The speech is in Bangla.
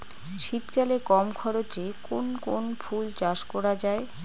শীতকালে কম খরচে কোন কোন ফুল চাষ করা য়ায়?